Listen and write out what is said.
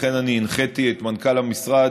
לכן אני הנחיתי את מנכ"ל המשרד,